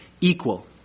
equal